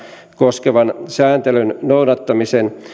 koskevan sääntelyn noudattamisen